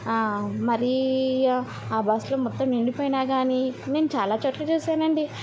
మరీ ఆ బస్లో మొత్తం నిండిపోయినా గానీ నేను చాలా చోట్ల చూశానండి